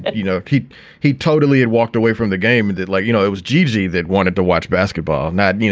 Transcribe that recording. you know, he he totally had walked away from the game and did like, you know, it was g g that wanted to watch basketball, not, and you